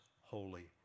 holy